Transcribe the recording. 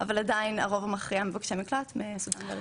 אבל עדיין הרוב המכריע הם מבקשי מקלט מסודן ואריתריאה.